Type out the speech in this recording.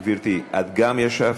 גברתי, את גם ישבת?